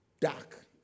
Dark